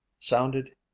sounded